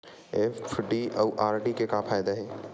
FD अउ RD के का फायदा हे?